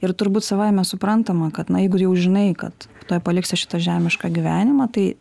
ir turbūt savaime suprantama kad na jeigu jau žinai kad tuoj paliksi šitą žemišką gyvenimą tai